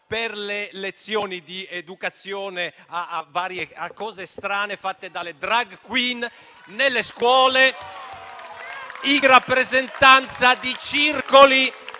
per le lezioni di educazione a cose strane fatte dalle *drag queen* nelle scuole, in rappresentanza di circoli